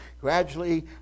gradually